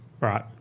Right